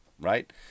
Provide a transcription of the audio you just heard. right